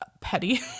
Petty